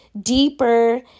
deeper